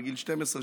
בגיל 12,